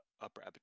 upper